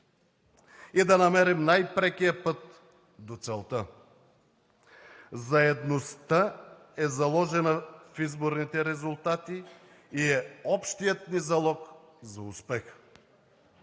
и да намерим най-прекия път до целта. Заедността е заложена в изборните резултати и е общият ни залог за успех.